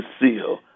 Seal